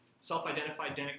Self-identified